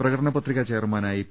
പ്രകടന പത്രികാ ചെയർമാനായി പി